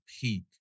peak